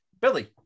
Billy